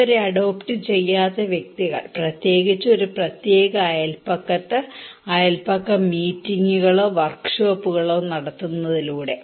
ഇതുവരെ അഡോപ്റ്റ് ചെയ്യാത്ത വ്യക്തികൾ പ്രത്യേകിച്ച് ഒരു പ്രത്യേക അയൽപക്കത്ത് അയൽപക്ക മീറ്റിംഗുകളോ വർക്ക് ഷോപ്പുകളോ നടത്തുന്നതിലൂടെ